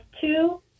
two